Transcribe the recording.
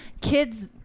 kids